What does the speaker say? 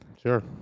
Sure